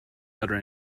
butter